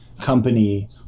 company